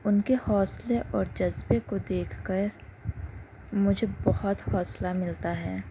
اُن کے حوصلے اور جذبے کو دیکھ کر مجھے بہت حوصلہ ملتا ہے